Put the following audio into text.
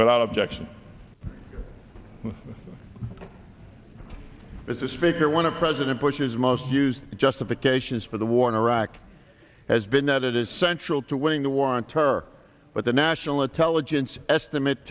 without objection as the speaker one of president bush's must use justifications for the war in iraq has been that it is central to winning the war on terror but the national intelligence estimate